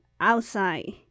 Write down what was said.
outside